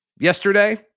yesterday